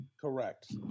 Correct